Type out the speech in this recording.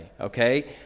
okay